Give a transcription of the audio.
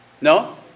No